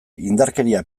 indarkeria